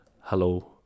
hello